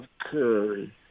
Curry